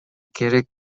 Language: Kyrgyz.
керек